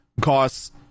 costs